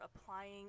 applying